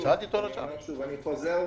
חוזר ואומר,